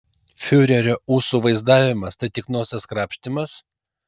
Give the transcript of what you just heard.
fiurerio ūsų vaizdavimas tai tik nosies krapštymas